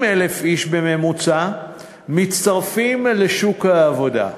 כ-20,000 איש בממוצע מצטרפים לשוק העבודה.